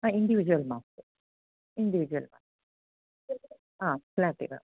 हा इन्डिविज्वल् मास्तु इन्डिवजुवल् मास्तु आ फ्लाट एव